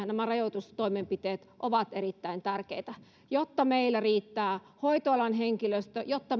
nämä rajoitustoimenpiteet ovat erittäin tärkeitä jotta meillä riittää hoitoalan henkilöstö jotta